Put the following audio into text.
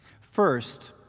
First